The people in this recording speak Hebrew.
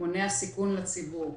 מונע סיכון לציבור.